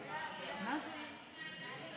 חבר הכנסת אילן גילאון,